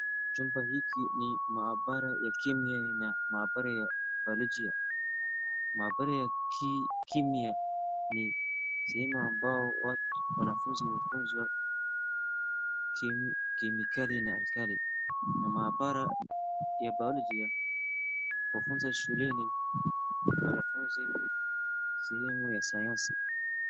Chumba hiki ni maabara ya chemia na maabara ya biologia .Maabara ya chemia ni sehemu ambayo wanafunzi hufunzwa kemikali na maabara ya biologia hufunza shuleni wanafunzi sehemu ya sayansi